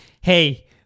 hey